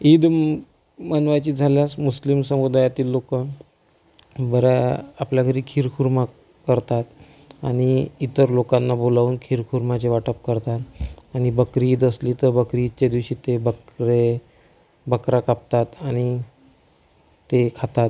ईद मनवायची झाल्यास मुस्लिम समुदायातील लोकं बरा आपल्या घरी खीरखुर्मा करतात आणि इतर लोकांना बोलावून खीरखुर्माचे वाटप करतात आणि बकरी ईद असली तर बकरी ईदच्या दिवशी ते बकरे बकरा कापतात आणि ते खातात